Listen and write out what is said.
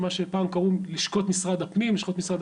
זה מה שפעם קראו "לשכות משרד הפנים",